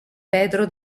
pedro